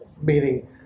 meaning